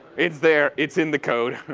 it's there. it's in the code.